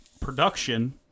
production